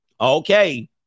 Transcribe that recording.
okay